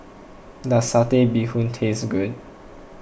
does Satay Bee Hoon taste good